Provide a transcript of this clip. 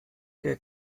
der